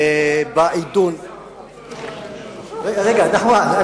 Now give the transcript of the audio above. למי אתה מאמין, לשר החוץ או לראש הממשלה?